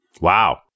Wow